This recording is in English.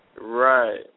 Right